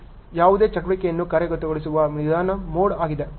ಯಾವುದೇ ಚಟುವಟಿಕೆಯನ್ನು ಕಾರ್ಯಗತಗೊಳಿಸುವ ವಿಧಾನ ಮೋಡ್ ಆಗಿದೆ